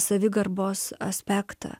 savigarbos aspektą